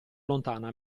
lontana